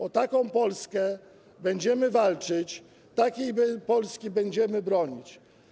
O taką Polskę będziemy walczyć, takiej Polski będziemy bronić.